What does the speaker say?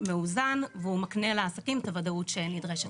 מאוזן והוא מקנה לעסקים את הוודאות שנדרשת.